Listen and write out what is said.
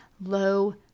low